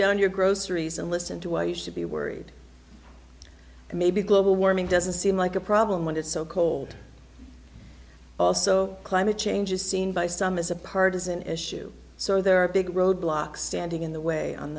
down your groceries and listen to why you should be worried maybe global warming doesn't seem like a problem when it's so cold also climate change is seen by some as a partisan issue so there are big roadblocks standing in the way on